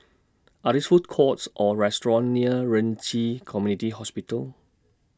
Are These Food Courts Or restaurants near Ren Ci Community Hospital